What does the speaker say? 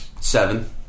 Seven